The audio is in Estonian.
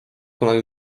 kunagi